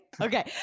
Okay